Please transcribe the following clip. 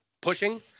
pushing